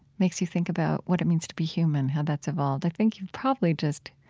makes you think about what it means to be human how that's evolved. i think you probably just